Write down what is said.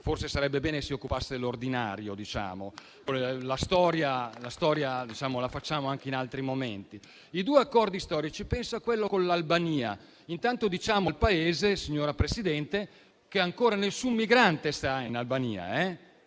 forse sarebbe bene che si occupasse dell'ordinario, la storia la facciamo anche in altri momenti. Ebbene, fra questi due accordi storici, prendiamo quello con l'Albania. Intanto, diciamo al Paese, signora Presidente, che ancora nessun migrante sta in Albania,